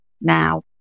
now